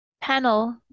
panel